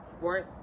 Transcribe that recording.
worth